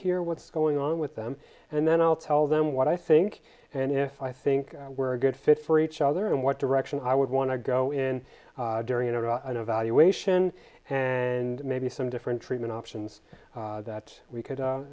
hear what's going on with them and then i'll tell them what i think and if i think we're a good fit for each other and what direction i would want to go in during a valuation and maybe some different treatment options that we could